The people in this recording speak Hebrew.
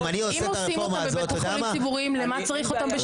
אם עושים אותם בבתי חולים ציבוריים למה צריך אותם בשב"ן?